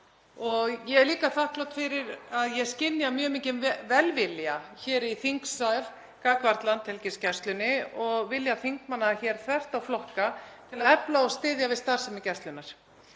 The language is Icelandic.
og ég er líka þakklát fyrir að ég skynja mjög mikinn velvilja hér í þingsal gagnvart Landhelgisgæslunni og vilja þingmanna þvert á flokka til að efla og styðja við starfsemi Gæslunnar.